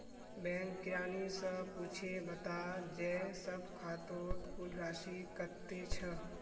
bank किरानी स पूछे बता जे सब खातौत कुल राशि कत्ते छ